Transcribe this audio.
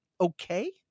okay